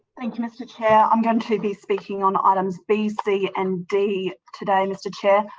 thank you, mr chair. i'm going to be speaking on items b, c and d today, mr chair.